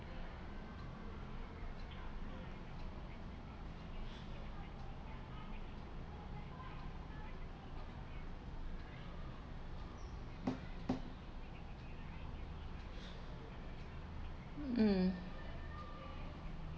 mm